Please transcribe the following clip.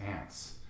ants